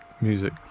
music